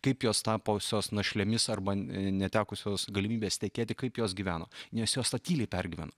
kaip jos tapusios našlėmis arba netekusios galimybės tekėti kaip jos gyveno nes jos tą tyliai pergyveno